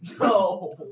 No